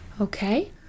Okay